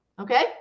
okay